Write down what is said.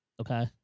Okay